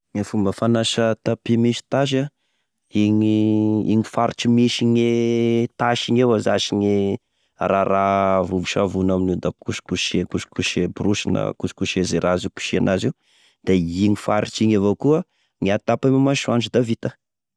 E fomba fagnasa tapy misy tasy igny igny faritry misy gne tasy igny evao zasy gne araraha vovosavony amin'io da kosikose, kosikose borosy na kosikose zay raha azo ikoseha anazy io, da igny faritry igny avao koa gny atapy ame masoandro da vita.